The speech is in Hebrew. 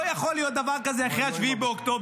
לא יכול להיות דבר כזה אחרי 7 באוקטובר.